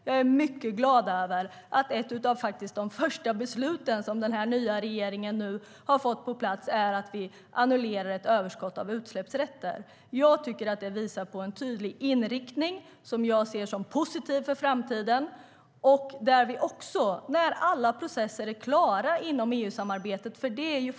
Jag är nu mycket glad och stolt över att ett av de första beslut som denna nya regering fått på plats är att vi annullerar ett överskott av utsläppsrätter. Det visar på en tydlig inriktning som jag ser som positiv inför framtiden.